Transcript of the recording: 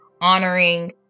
honoring